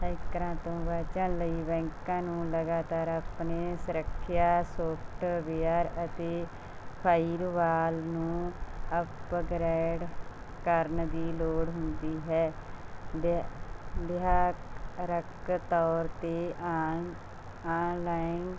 ਹੈਕਰਾਂ ਤੋਂ ਬਚਨ ਲਈ ਬੈਕਾਂ ਨੂੰ ਲਗਾਤਾਰ ਆਪਣੇ ਸੁਰੱਖਿਆ ਸੌਫਟਵੇਅਰ ਅਤੇ ਫਾਈਰਵਾਲ ਨੂੰ ਅੱਪਗ੍ਰੇਡ ਕਰਨ ਦੀ ਲੋੜ ਹੁੰਦੀ ਹੈ ਵਿਹਾਕ ਰਕ ਤੌਰ 'ਤੇ ਆਨ ਆਨਲਾਈਨ